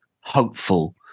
hopeful